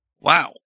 Wow